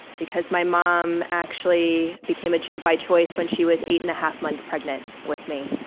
because my mom actually became a jew by choice when she was eight-and-a-half months pregnant with me,